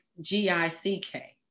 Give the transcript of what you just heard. G-I-C-K